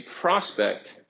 prospect